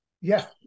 yes